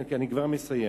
כן, אני כבר מסיים.